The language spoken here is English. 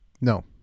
No